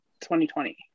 2020